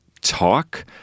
talk